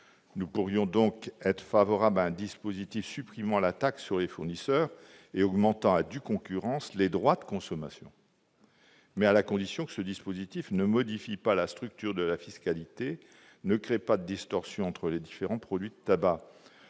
nous pourrions être favorables à un dispositif supprimant la taxe sur les fournisseurs et augmentant à due concurrence les droits de consommation, à la condition que ce dispositif ne modifie pas la structure de la fiscalité et ne crée pas de distorsions entre les différents produits du tabac.